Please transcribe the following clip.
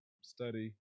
study